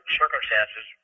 circumstances